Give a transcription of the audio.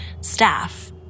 staff